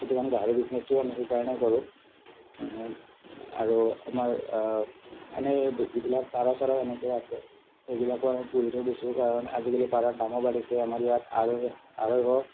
সেইটো কাৰণে গাহৰি বিজনেচটো আমি সেইকাৰণেই কৰোঁ আৰু আমাৰ এনেই যিবিলাক পাৰ চাৰ এনেকে আছে সেইবিলাকো আমি পোহি থৈ দিছোঁ কাৰণ আজিকালি পাৰৰ দামো বাঢ়িছে আমাৰ ইয়াত আঢ়ৈ আঢ়ৈশ